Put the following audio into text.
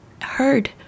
Heard